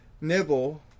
nibble